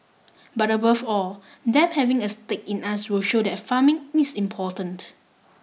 but above all them having a stake in us will show that farming is important